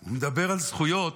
הוא מדבר על זכויות,